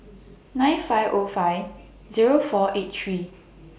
nine five O five Zero four eight three